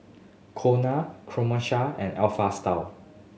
Cornell Krombacher and Alpha Style